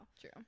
True